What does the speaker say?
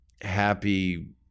happy